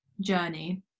journey